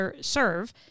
serve